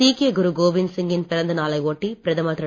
சீக்கிய குரு கோவிந்த சிங்கின் பிறந்த நாளை ஒட்டி பிரதமர் திரு